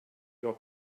your